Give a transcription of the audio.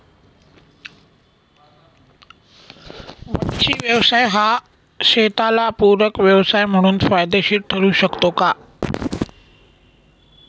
मच्छी व्यवसाय हा शेताला पूरक व्यवसाय म्हणून फायदेशीर ठरु शकतो का?